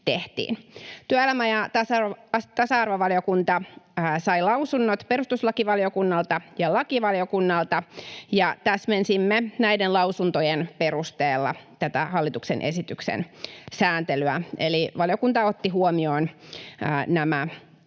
Työelämä- ja tasa-arvovaliokunta sai lausunnot perustuslakivaliokunnalta ja lakivaliokunnalta. Täsmensimme näiden lausuntojen perusteella tätä hallituksen esityksen sääntelyä, eli valiokunta otti huomioon nämä